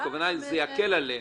הכוונה היא שזה יקל עליהם.